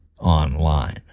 online